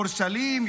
אורשלים,